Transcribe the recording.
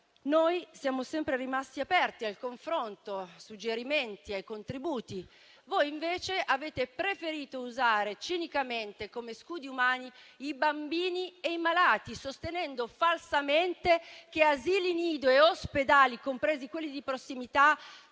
Noi siamo sempre rimasti aperti al confronto, ai suggerimenti, ai contributi. Voi, invece, avete preferito usare cinicamente come scudi umani i bambini e i malati, sostenendo falsamente che asili nido e ospedali, compresi quelli di prossimità,